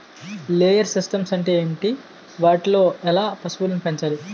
Layer systems అంటే ఏంటి? వాటిలో ఎలా పశువులను పెంచాలి?